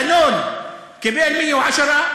דנון קיבל 110,